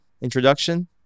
introduction